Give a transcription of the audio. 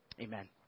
Amen